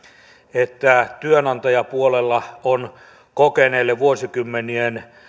että työnantajapuolella kokeneille vuosikymmenien